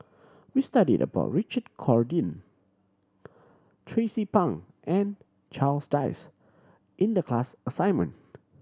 we studied about Richard Corridon Tracie Pang and Charles Dyce in the class assignment